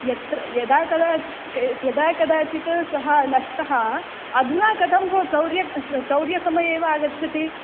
यत्र यदा कदा यदा कदाचित् सः नष्टः अधुना कथं भो चौर्यं चौर्यसमये एव आगच्छति